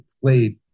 played